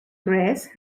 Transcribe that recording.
grace